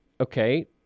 okay